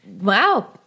Wow